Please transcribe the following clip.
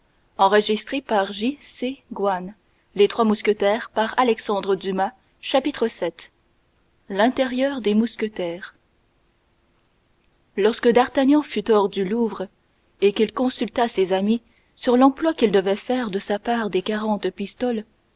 vous chapitre vii l'intérieur des mousquetaires lorsque d'artagnan fut hors du louvre et qu'il consulta ses amis sur l'emploi qu'il devait faire de sa part des quarante pistoles